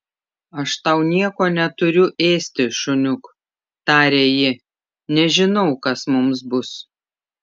aš tau nieko neturiu ėsti šuniuk tarė ji nežinau kas mums bus